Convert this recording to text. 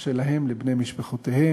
קשה להם ולבני משפחותיהם,